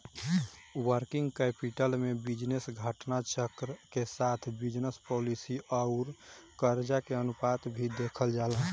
working capital में business घटना चक्र के साथ बिजनस पॉलिसी आउर करजा के अनुपात भी देखल जाला